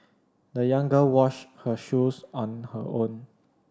the young girl washed her shoes on her own